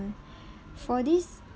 um for this